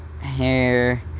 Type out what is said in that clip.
hair